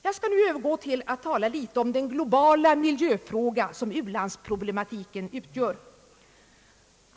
Jag skall nu övergå till att tala litet om den globala miljöfråga som u-landsproblematiken utgör.